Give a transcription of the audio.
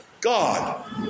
God